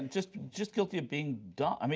just just guilty of being dumped. i mean